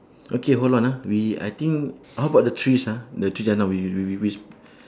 okay hold on ah we I think how about the trees ah the trees just now we we we we we